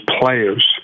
players